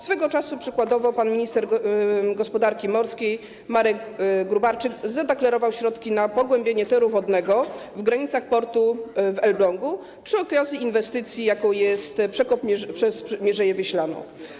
Swego czasu przykładowo pan minister gospodarki morskiej Marek Gróbarczyk zadeklarował środki na pogłębienie toru wodnego w granicach portu w Elblągu przy okazji inwestycji, jaką jest przekop przez Mierzeję Wiślaną.